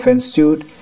Institute